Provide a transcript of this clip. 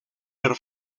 per